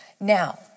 Now